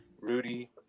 Rudy